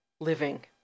living